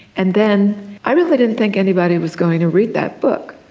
and then i really didn't think anybody was going to read that book.